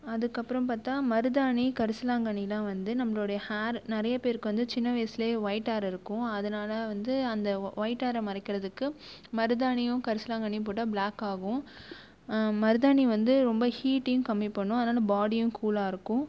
அதுக்கப்புறம் பார்த்தா மருதாணி கரிசலாங்கண்ணிலாம் வந்து நம்மளுடைய ஹேர் நிறைய பேருக்கு வந்து சின்ன வயசுலேயே ஒயிட் ஹேர் இருக்கும் அதனால வந்து அந்த ஒ ஒயிட் ஹேரை மறைக்கிறதுக்கு மருதாணியும் கரிசலாங்கண்ணியும் போட்டால் பிளாக் ஆகும் மருதாணி வந்து ரொம்ப ஹீட்டையும் கம்மி பண்ணும் அதனால நம்ம பாடியும் கூலாயிருக்கும்